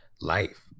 life